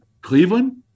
Cleveland